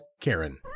Karen